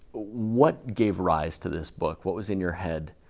what gave rise to this book? what was in your head